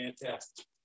Fantastic